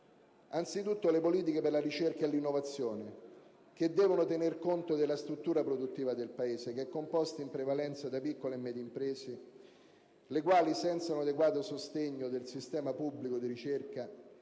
Anzitutto, le politiche per la ricerca e l'innovazione, che devono tener conto della struttura produttiva del Paese composta in prevalenza da piccole e medie imprese le quali, senza un adeguato sostegno del sistema pubblico di ricerca